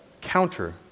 counter